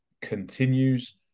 continues